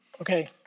Okay